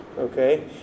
Okay